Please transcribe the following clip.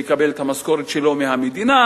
שמקבל את המשכורת שלו מהמדינה,